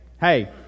hey